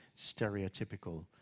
stereotypical